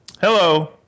Hello